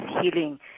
healing